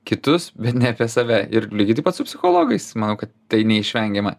kitus bet ne apie save ir lygiai taip pat su psichologais manau kad tai neišvengiama